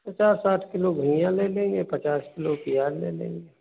पचास साठ किलो धनिया ले लेंगे पचास किलो प्याज ले लेंगे